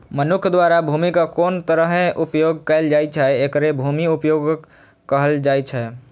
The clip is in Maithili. मनुक्ख द्वारा भूमिक कोन तरहें उपयोग कैल जाइ छै, एकरे भूमि उपयोगक कहल जाइ छै